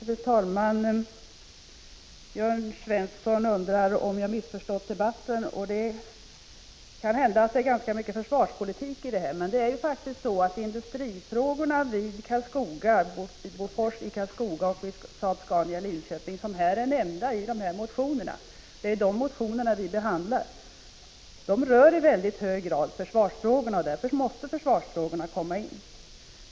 Fru talman! Jörn Svensson undrar om jag missförstått debatten, och det kan hända att jag talade mycket om försvarspolitik. Men det är faktiskt så att industrifrågorna vid Bofors i Karlskoga och Saab-Scania i Linköping är nämnda i de motioner vi behandlar. De rör i hög grad försvarsfrågor, och därför måste dessa frågor komma in.